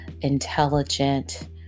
intelligent